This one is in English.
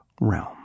realm